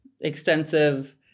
extensive